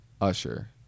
Usher